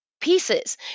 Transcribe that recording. pieces